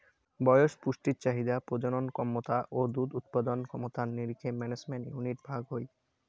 বয়স, পুষ্টি চাহিদা, প্রজনন ক্যমতা ও দুধ উৎপাদন ক্ষমতার নিরীখে ম্যানেজমেন্ট ইউনিট ভাগ হই